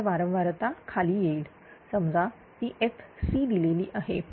तर वारंवारता खाली येईल समजा ती fc दिलेली आहे